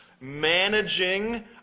managing